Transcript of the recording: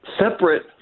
separate